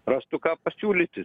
rastų ką pasiūlyti